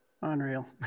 Unreal